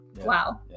Wow